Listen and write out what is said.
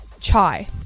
Chai